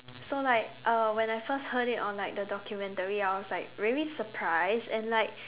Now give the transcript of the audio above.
so like uh when I first heard it on the documentary I was like very surprised and like